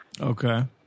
Okay